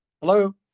Hello